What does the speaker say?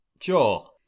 Sure